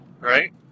right